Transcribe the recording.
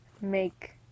make